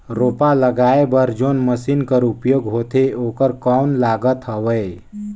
रोपा लगाय बर जोन मशीन कर उपयोग होथे ओकर कौन लागत हवय?